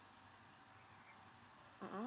mmhmm